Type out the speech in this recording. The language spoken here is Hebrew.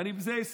עם זה אני אסיים,